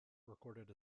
recorded